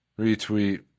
retweet